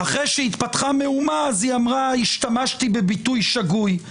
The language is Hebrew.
אחרי שהתפתחה מהומה, אמרה: השתמשתי בביטוי שגוי.